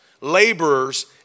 Laborers